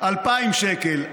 2,000 שקל,